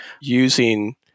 using